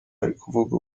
arikuvuga